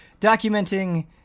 documenting